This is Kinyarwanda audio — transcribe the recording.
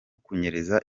kunyereza